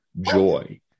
joy